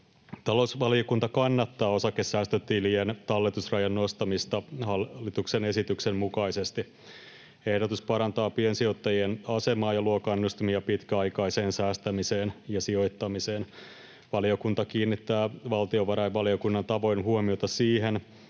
Talousvaliokunta kannattaa osakesäästötilien talletusrajan nostamista hallituksen esityksen mukaisesti. Ehdotus parantaa piensijoittajien asemaa ja luo kannustimia pitkäaikaiseen säästämiseen ja sijoittamiseen. Valiokunta kiinnittää valtiovarainvaliokunnan tavoin huomiota siihen,